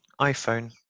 iPhone